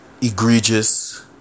egregious